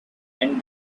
and